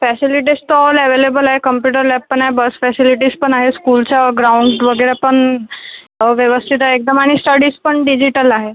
facilities तर all available आहे computer लॅबपण आहे बस फॅसिलिटीज पण आहे स्कूलच्या ग्राउंड वगैरे पण व्यवस्थित आहे एकदम आणि स्टडीज् पण डिजिटल आहे